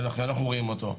שאנחנו רואים אותו.